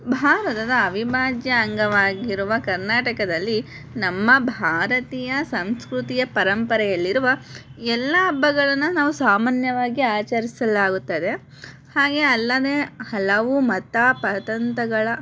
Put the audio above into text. ಭಾರತದ ಅವಿಭಾಜ್ಯ ಅಂಗವಾಗಿರುವ ಕರ್ನಾಟಕದಲ್ಲಿ ನಮ್ಮ ಭಾರತೀಯ ಸಂಸ್ಕೃತಿಯ ಪರಂಪರೆಯಲ್ಲಿರುವ ಎಲ್ಲ ಹಬ್ಬಗಳನ್ನ ನಾವು ಸಾಮಾನ್ಯವಾಗಿ ಆಚರಿಸಲಾಗುತ್ತದೆ ಹಾಗೆ ಅಲ್ಲದೇ ಹಲವು ಮತ ಪತಂತಗಳ